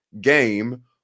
game